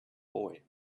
boy